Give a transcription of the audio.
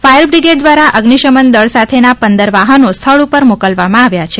fire brigade દ્વારા અઝિશમનદળ સાથેના પંદર વાહનો સ્થળ પર મોકલવામાં આવ્યા છે